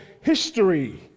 history